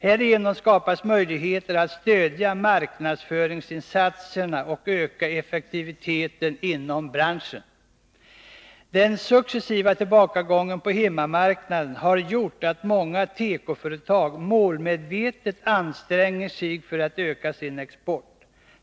Härigenom skapas möjligheter att stödja marknadsföringsinsatserna och öka effektiviteten inom branschen. Den successiva tillbakagången på hemmamarknaden har gjort att många tekoföretag målmedvetet anstränger sig för att öka sin export.